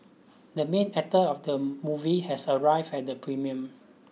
the main actor of the movie has arrived at the premium